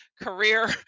career